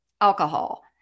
alcohol